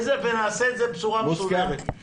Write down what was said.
ונעשה את זה בצורה מסודרת.